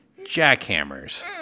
jackhammers